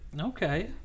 Okay